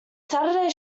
saturday